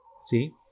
see